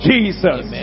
Jesus